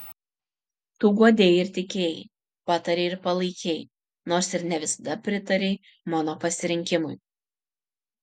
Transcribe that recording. tu guodei ir tikėjai patarei ir palaikei nors ir ne visada pritarei mano pasirinkimui